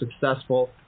successful